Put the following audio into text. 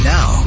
Now